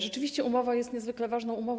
Rzeczywiście, umowa jest niezwykle ważna.